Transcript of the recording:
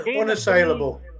Unassailable